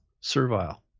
servile